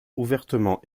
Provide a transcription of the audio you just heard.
ouvertement